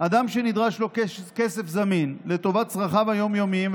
אדם שנדרש לו כסף זמין לטובת צרכיו היום-יומיים,